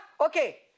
Okay